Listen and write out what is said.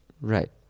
Right